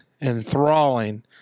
enthralling